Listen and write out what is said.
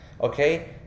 Okay